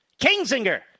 Kingsinger